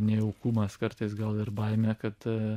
nejaukumas kartais gal ir baimė kad